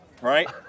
right